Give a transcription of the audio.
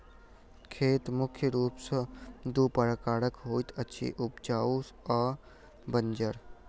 खेत मुख्य रूप सॅ दू प्रकारक होइत अछि, उपजाउ आ बंजर